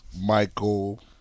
Michael